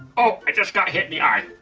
oh, i just got hit in the eye!